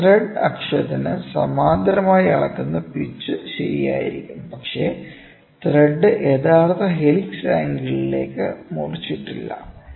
ഇവിടെ ത്രെഡ് അക്ഷത്തിന് സമാന്തരമായി അളക്കുന്ന പിച്ച് ശരിയായിരിക്കും പക്ഷേ ത്രെഡ് യഥാർത്ഥ ഹെലിക്സ് ആംഗിളിലേക്ക് മുറിച്ചിട്ടില്ല